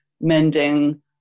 mending